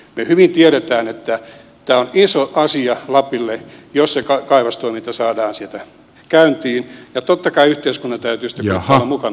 me hyvin tiedämme että on iso asia lapille jos se kaivostoiminta saadaan siellä käyntiin ja totta kai yhteiskunnan täytyy sitten kuitenkin olla mukana kun niitä ratkaisuja tehdään